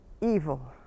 evil